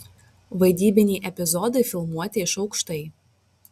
vaidybiniai epizodai filmuoti iš aukštai